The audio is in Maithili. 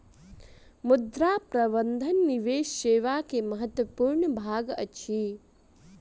मुद्रा प्रबंधन निवेश सेवा के महत्वपूर्ण भाग अछि